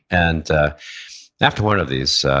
and ah after one of these,